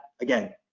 again